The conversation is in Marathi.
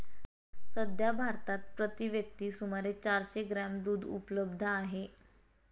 सध्या भारतात प्रति व्यक्ती सुमारे चारशे ग्रॅम दूध उपलब्ध आहे